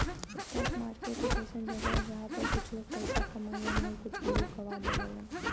stock market एक अइसन जगह हौ जहां पर कुछ लोग पइसा कमालन आउर कुछ लोग गवा देलन